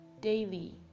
daily